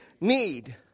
need